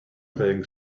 playing